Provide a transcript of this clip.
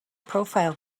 profile